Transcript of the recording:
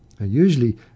Usually